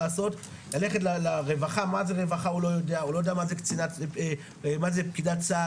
לעשות ללכת לרווחה" מה זה רווחה הוא לא יודע הוא לא יודע מה זה פקידת סעד,